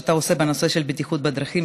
שאתה עושה בנושא של בטיחות בדרכים.